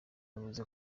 yavuze